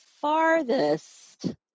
farthest